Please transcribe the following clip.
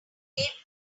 laid